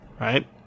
right